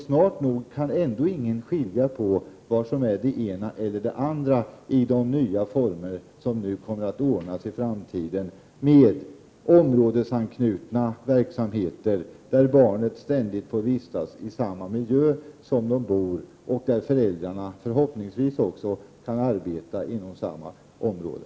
Snart kommer ändå ingen att kunna skilja vad som är det ena eller det andra i de nya former som nu kommer att ordnas i framtiden med områdesanknutna verksamheter där barnet ständigt får vistas i samma miljö som det bor i och där föräldrarna förhoppningsvis också kan arbeta inom samma område.